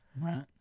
Right